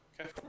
okay